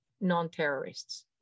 non-terrorists